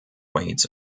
weights